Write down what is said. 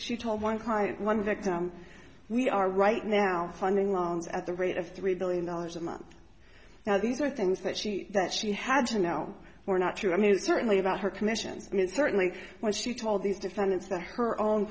she told one client one victim we are right now funding loans at the rate of three billion dollars a month now these are things that she that she had to know were not true i mean certainly about her commissions and certainly when she told these defendants that her own